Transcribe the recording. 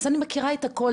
אז אני מכירה את הכול,